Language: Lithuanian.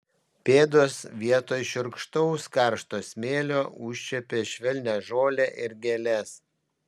pėdos vietoj šiurkštaus karšto smėlio užčiuopė švelnią žolę ir gėles